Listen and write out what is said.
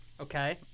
okay